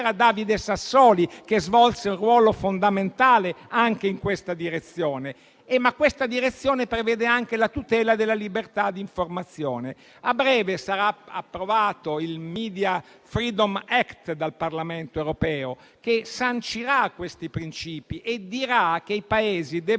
David Sassoli, che svolse un ruolo fondamentale anche in questa direzione. Tale direzione prevede anche la tutela della libertà d'informazione. A breve sarà approvato dal Parlamento europeo lo European media freedom act, che sancirà questi principi e dirà che i Paesi debbono